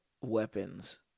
weapons